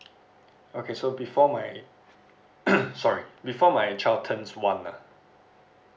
okay so before my sorry before my child turns one ah